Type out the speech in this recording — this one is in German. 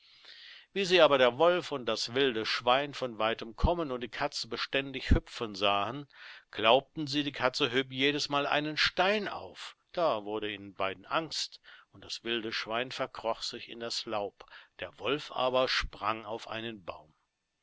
wie sie aber der wolf und das wilde schwein von weitem kommen und die katze beständig hüpfen sahen glaubten sie die katze höb jedesmal einen stein auf da wurde ihnen beiden angst und das wilde schwein verkroch sich in das laub der wolf aber sprang auf einen baum